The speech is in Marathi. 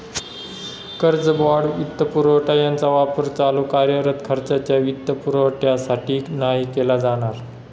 कर्ज, बाँड, वित्तपुरवठा यांचा वापर चालू कार्यरत खर्चाच्या वित्तपुरवठ्यासाठी नाही केला जाणार